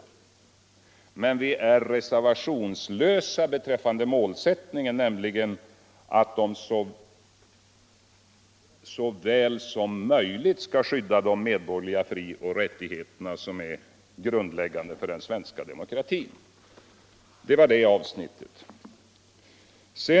Men vi är reservationslösa beträffande målsättningen, nämligen att man så väl som möjligt skall skydda de medborgerliga frioch rättigheterna som är grundläggande för den svenska demokratin. Det var det avsnittet.